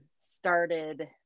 started